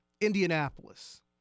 Indianapolis